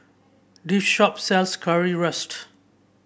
this shop sells Currywurst